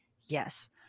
Yes